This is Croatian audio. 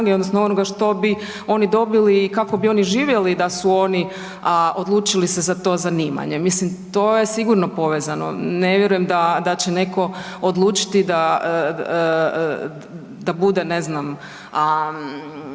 odnosno onoga što bi oni dobili i kako bi oni živjeli da su se oni odlučili za to zanimanje. Mislim to je sigurno povezano, ne vjerujem da će neko odlučiti da bude ne znam